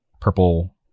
purple